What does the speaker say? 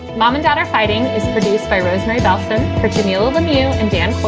mom and dad are fighting is produced by rosemary about this particular venue. and dan,